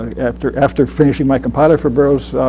ah after after finishing my compiler for burroughs,